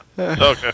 Okay